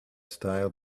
style